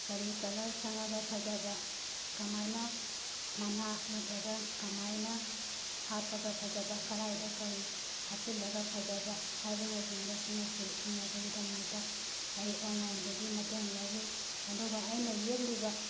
ꯀꯔꯤ ꯀꯂꯔ ꯁꯪꯉꯒ ꯐꯖꯕ ꯀꯃꯥꯏꯅ ꯃꯅꯥ ꯅꯠꯇ꯭ꯔꯒ ꯀꯃꯥꯏꯅ ꯍꯥꯞꯄꯒ ꯐꯖꯕ ꯀꯔꯥꯏꯗ ꯀꯔꯤ ꯍꯥꯞꯆꯤꯜꯂꯒ ꯐꯖꯕ ꯍꯥꯏꯕꯅ ꯆꯤꯡꯕꯁꯤꯡ ꯑꯁꯤ ꯈꯪꯅꯕꯒꯤꯗꯃꯛꯇ ꯑꯩ ꯑꯣꯟꯂꯥꯏꯟꯗꯒꯤ ꯃꯇꯦꯡ ꯂꯧꯏ ꯑꯗꯨꯒ ꯑꯩꯅ ꯌꯦꯛꯂꯤꯕ